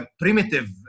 primitive